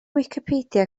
wicipedia